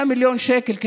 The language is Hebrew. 100 מיליון שקלים.